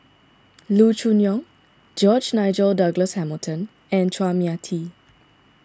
Loo Choon Yong George Nigel Douglas Hamilton and Chua Mia Tee